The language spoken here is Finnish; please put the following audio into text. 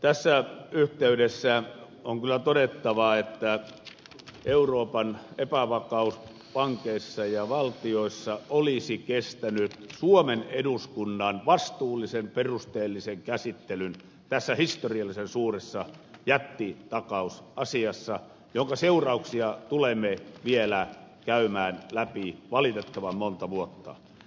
tässä yhteydessä on kyllä todettava että euroopan epävakaus pankeissa ja valtioissa olisi kestänyt suomen eduskunnan vastuullisen perusteellisen käsittelyn tässä historiallisen suuressa jättitakausasiassa jonka seurauksia tulemme vielä käymään läpi valitettavan monta vuotta